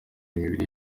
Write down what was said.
imibiri